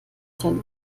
dein